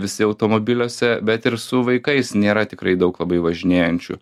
visi automobiliuose bet ir su vaikais nėra tikrai daug labai važinėjančių